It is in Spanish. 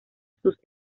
sus